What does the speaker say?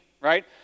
right